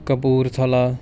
Kapurthala